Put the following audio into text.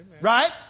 right